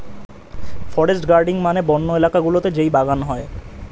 forest gardening মানে বন্য এলাকা গুলোতে যেই বাগান হয়